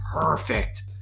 perfect